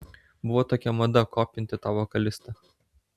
buvo tokia mada kopinti tą vokalistą